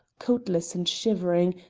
coatless and shivering,